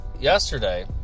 yesterday